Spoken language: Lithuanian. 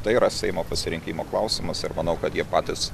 tai yra seimo pasirinkimo klausimas ir manau kad jie patys